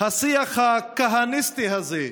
השיח הכהניסטי הזה,